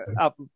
up